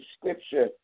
scripture